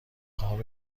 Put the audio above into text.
قاب